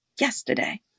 yesterday